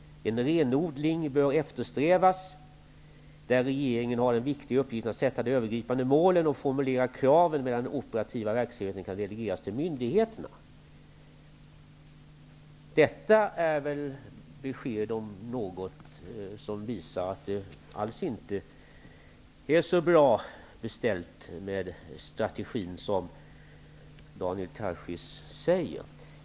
En renodling bör eftersträvas där regeringen har den viktiga uppgiften att sätta de övergripande målen och formulera kraven, medan den operativa verksamheten kan delegeras till myndigheterna. Detta är väl besked som visar att det inte alls är så bra beställt med strategin som Daniel Tarschys säger.